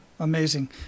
Amazing